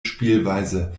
spielweise